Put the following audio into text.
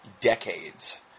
decades